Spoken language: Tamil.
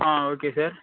ah okay sir